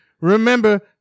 remember